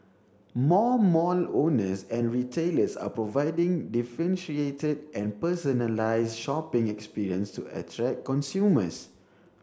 more mall owners and retailers are providing differentiated and personalised shopping experience to attract consumers